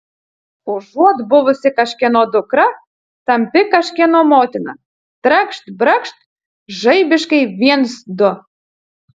užuot buvusi kažkieno dukra tampi kažkieno motina trakšt brakšt žaibiškai viens du